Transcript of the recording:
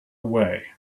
way